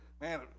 Man